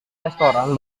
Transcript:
restoran